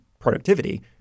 productivity